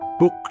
Book